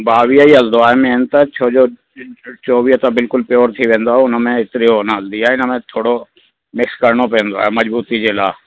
ॿावीह ई हलंदो आहे मेन त छो जो चोवीह त बिल्कुलु प्योर थी वेंदो हुन में हेतिरियो न हलंदी आहे हुन में थोरो मिक्स करिणो पवंदो आहे मज़बूती जे लाइ